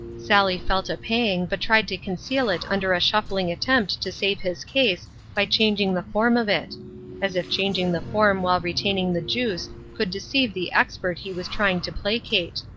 sally felt a pang, but tried to conceal it under a shuffling attempt to save his case by changing the form of it as if changing the form while retaining the juice could deceive the expert he was trying to placate.